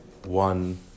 one